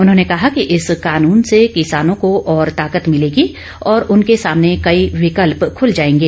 उन्होंने कहा कि इस कानून से किसानों को और ताकत मिलेगी और उनके सामने कई विकल्प खुल जाएंगे